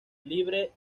libre